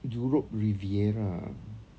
europe riviera